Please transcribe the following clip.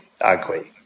ugly